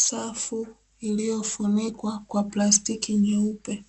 Safu iliyofunikwa kwa plastiki nyeupe